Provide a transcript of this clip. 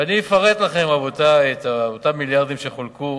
ואני אפרט לכם, רבותי, את אותם מיליארדים שחולקו,